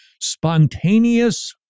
spontaneous